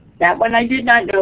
that one i did not